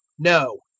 no,